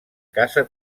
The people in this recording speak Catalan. casa